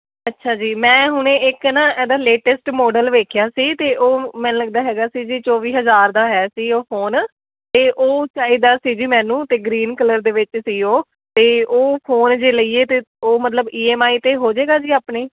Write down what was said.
ਅੱਛਾ ਜੀ ਮੈਂ ਹੁਣ ਇੱਕ ਨਾ ਇਹਦਾ ਲੇਟੈਸਟ ਮਾਡਲ ਵੇਖਿਆ ਸੀ ਅਤੇ ਉਹ ਮੈਨੂੰ ਲੱਗਦਾ ਹੈਗਾ ਸੀ ਜੀ ਚੌਵੀ ਹਜ਼ਾਰ ਦਾ ਹੈ ਸੀ ਉਹ ਫੋਨ ਅਤੇ ਉਹ ਚਾਹੀਦਾ ਸੀ ਜੀ ਮੈਨੂੰ ਅਤੇ ਗਰੀਨ ਕਲਰ ਦੇ ਵਿੱਚ ਸੀ ਉਹ ਅਤੇ ਉਹ ਫੋਨ ਜੇ ਲਈਏ ਤਾਂ ਉਹ ਮਤਲਬ ਈ ਐਮ ਆਈ 'ਤੇ ਹੋ ਜੇਗਾ ਜੀ ਆਪਣੇ